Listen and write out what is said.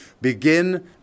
begin